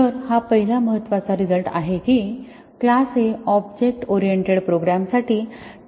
तर हा पहिला महत्त्वाचा रिझल्ट आहे की क्लास हे ऑब्जेक्ट ओरिएंटेड प्रोग्राम्ससाठी टेस्ट चे बेसिक युनिट आहे